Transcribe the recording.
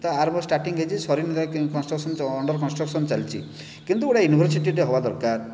ତା ଆରମ୍ଭ ଷ୍ଟାର୍ଟିଙ୍ଗ ହେଇଛି ସରିନି କନ୍ଷ୍ଟ୍ରକ୍ସନ୍ ଅଣ୍ଡର୍ କନ୍ଷ୍ଟ୍ରକ୍ସନ୍ ଚାଲିଛି କିନ୍ତୁ ଗୋଟେ ୟୁନିଭର୍ସିଟିଟେ ହେବା ଦରକାର୍